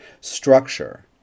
structure